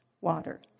water